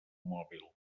mòbil